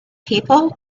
people